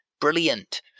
Brilliant